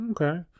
Okay